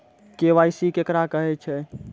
KYC केकरा कहैत छै?